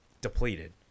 depleted